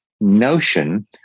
notion